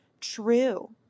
true